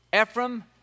Ephraim